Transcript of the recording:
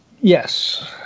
Yes